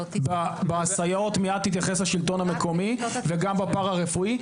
בסייעות מיד יתייחס השלטון המקומי וגם בפרא הרפואי.